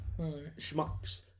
schmucks